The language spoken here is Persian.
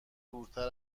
دورتر